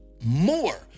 more